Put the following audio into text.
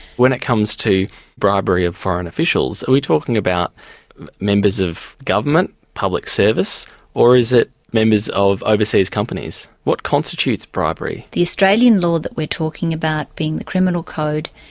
when it comes to bribery of foreign officials, are we talking about members of government, public service or is it members of overseas companies? what constitutes bribery? the australian law that we're talking about, being the criminal code,